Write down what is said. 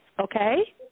Okay